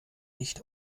nicht